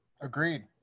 Agreed